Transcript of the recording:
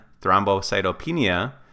Thrombocytopenia